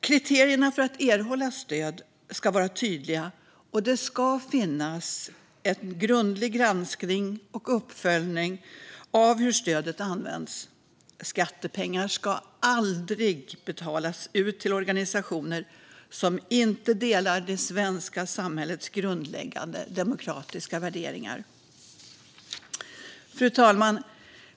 Kriterierna för att erhålla stöd ska vara tydliga, och det ska finnas en grundlig granskning och uppföljning av hur stödet används. Skattepengar ska aldrig betalas ut till organisationer som inte delar det svenska samhällets grundläggande demokratiska värderingar. Fru talman!